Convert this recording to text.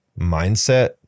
mindset